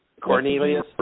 Cornelius